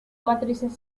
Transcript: matrices